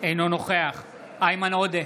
אינו נוכח איימן עודה,